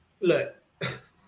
look